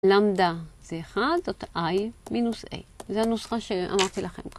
למדה זה 1, זאת i מינוס a, זה הנוסחה שאמרתי לכם כבר.